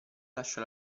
lascia